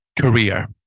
Career